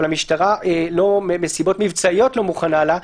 אבל המשטרה מסיבות מבצעיות לא מוכנה לה,